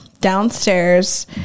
downstairs